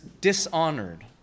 dishonored